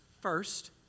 First